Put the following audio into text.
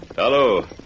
Hello